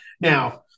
Now